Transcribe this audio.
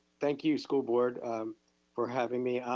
thank you, school board for having me.